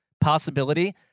possibility